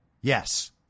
Yes